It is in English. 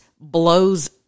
blows